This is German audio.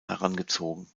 herangezogen